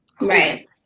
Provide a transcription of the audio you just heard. right